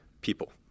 people